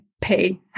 pay